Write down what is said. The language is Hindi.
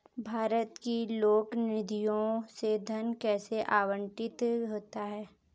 भारत की लोक निधियों से धन कैसे आवंटित होता है?